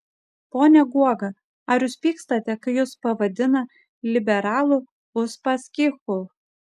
pone guoga ar jūs pykstate kai jus pavadina liberalų uspaskichu